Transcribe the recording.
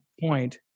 point